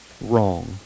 wrong